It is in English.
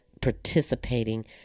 participating